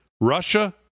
russia